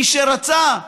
מי שרצה.